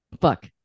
fuck